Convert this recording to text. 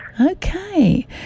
Okay